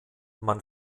man